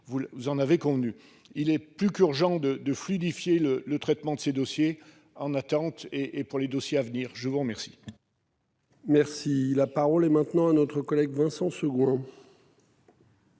vous en avez convenu, il est plus qu'urgent de de fluidifier le le traitement de ces dossiers en attente et et pour les dossiers à venir je vous remercie. Merci la parole est maintenant à notre collègue Vincent second.